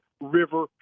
River